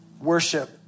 worship